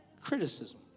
criticism